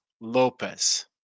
Lopez